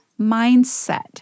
Mindset